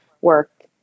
work